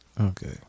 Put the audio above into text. Okay